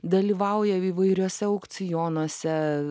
dalyvauja įvairiuose aukcionuose